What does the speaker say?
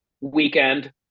weekend